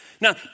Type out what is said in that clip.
Now